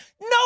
no